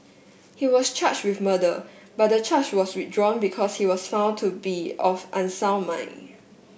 he was charged with murder but the charge was withdrawn because he was found to be of unsound mind